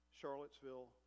charlottesville